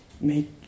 make